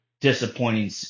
disappointing